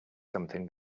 something